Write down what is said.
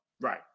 right